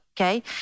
okay